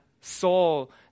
soul